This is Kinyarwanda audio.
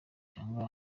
cyangwa